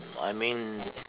I mean